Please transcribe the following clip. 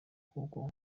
kuko